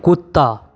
कुत्ता